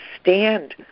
stand